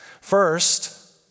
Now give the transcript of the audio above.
First